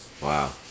Wow